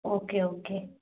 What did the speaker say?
okay okay